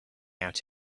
out